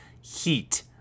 heat